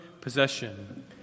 possession